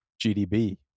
GDB